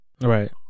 Right